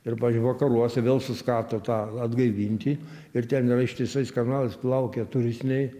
ir vakaruose vėl suskato tą atgaivinti ir ten yra ištisais kanalais plaukia turistiniai